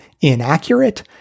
inaccurate